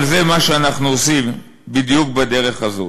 אבל זה מה שאנחנו עושים, בדיוק בדרך הזאת.